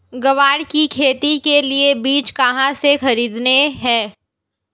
ग्वार की खेती के लिए बीज कहाँ से खरीदने हैं?